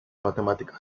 matemática